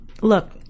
Look